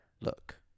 look